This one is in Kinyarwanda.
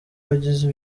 wagize